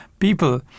people